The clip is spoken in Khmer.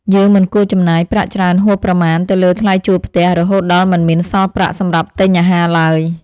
យើងមិនគួរចំណាយប្រាក់ច្រើនហួសប្រមាណទៅលើថ្លៃជួលផ្ទះ រហូតដល់មិនមានសល់ប្រាក់សម្រាប់ទិញអាហារឡើយ។